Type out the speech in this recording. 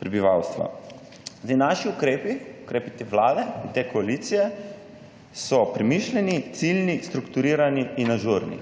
prebivalstva. Zdaj, naši ukrepi, ukrepi te Vlade, te koalicije so premišljeni, ciljni, strukturirani in ažurni.